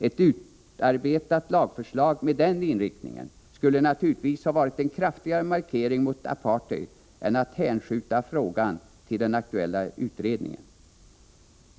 Ett utarbetat lagförslag med den inriktningen skulle naturligtvis varit en kraftigare markering mot apartheid än att hänskjuta frågan till den aktuella utredningen.